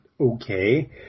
okay